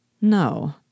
No